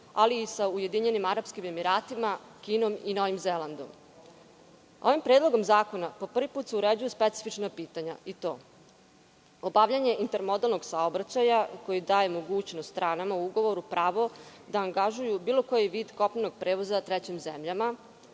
ali i sa Ujedinjenim Arapskim Emiratima, Kinom i Novim Zelandom. Ovim predlogom zakona po prvi put se uređuju specifična pitanja i to: obavljanje intermodalnog saobraćaja, koji daje mogućnost stranama u ugovoru prava da angažuju bilo koji vid kopnenog prevoza trećim zemljama,